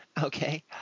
Okay